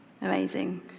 amazing